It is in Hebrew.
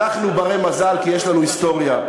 אנחנו בני מזל כי יש לנו היסטוריה.